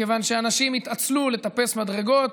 מכיוון שאנשים התעצלו לטפס מדרגות,